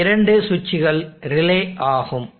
இந்த இரண்டு சுவிட்சுகள் ரிலே ஆகும்